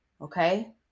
Okay